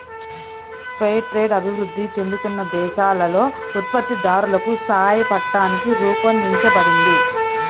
fair trade అభివృద్ధి చెందుతున్న దేశాలలో ఉత్పత్తిదారులకు సాయపట్టానికి రూపొందించబడింది